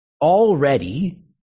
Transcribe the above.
Already